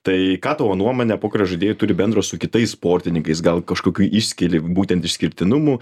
tai ką tavo nuomone pokerio žaidėjai turi bendro su kitais sportininkais gal kažkokių išskiri būtent išskirtinumų